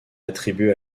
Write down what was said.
attribué